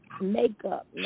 Makeup